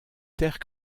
terres